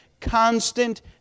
Constant